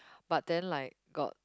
but then like got